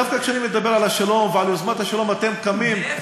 דווקא כשאני מדבר על השלום ועל יוזמת השלום אתם קמים,